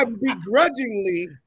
begrudgingly